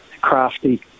crafty